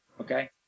okay